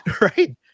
right